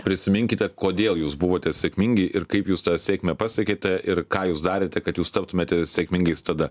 prisiminkite kodėl jūs buvote sėkmingi ir kaip jūs tą sėkmę pasiekėte ir ką jūs darėte kad jūs taptumėte sėkmingais tada